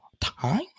time